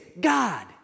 God